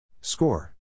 Score